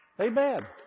Amen